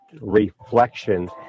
reflection